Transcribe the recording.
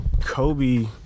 Kobe